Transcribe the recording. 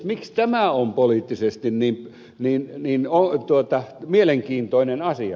miksi tämä on poliittisesti niin mielenkiintoinen asia